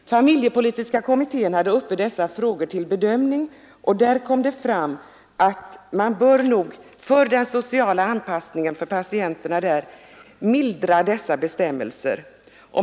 Familjepolitiska kommittén hade dessa frågor uppe till bedömning, och därvid kom det fram att man med tanke på patienternas sociala anpassning bör mildra dessa bestämmelser.